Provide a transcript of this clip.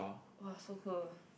!wah! so cool